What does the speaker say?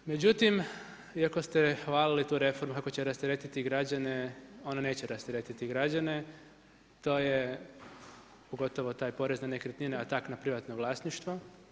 Međutim, iako ste hvalili tu reformu kako će rasteretit građane, on neće rasteretiti građane, to je pogotovo taj porez na nekretnine tak na privatno vlasništvo.